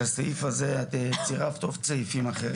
לסעיף הזה את צירפת עוד סעיפים אחרים.